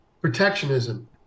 protectionism